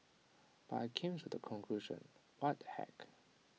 but I came to the conclusion what the heck